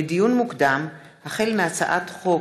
לדיון מוקדם: החל בהצעת חוק